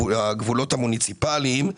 הגבולות המוניציפאליים,